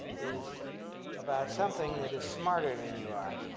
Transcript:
is about something that is smarter than you are